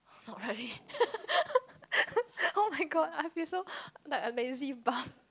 not really oh-my-god I feel so like a lazy bum